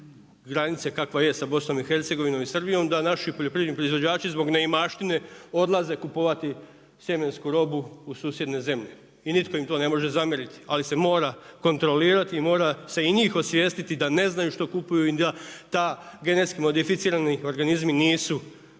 granice kakva jest sa BiH-a da naši poljoprivredni proizvođači zbog neimaštine odlaze kupovati sjemensku robu u susjedne zemlje i nitko im to ne može zamjeriti. Ali se mora kontrolirati i mora se i njih osvijestiti da ne znaju što kupuju i da ti GMO-i nisu